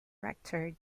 director